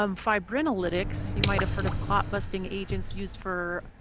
um fibrinolytics. you might have heard of clot-busting agents used for